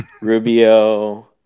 Rubio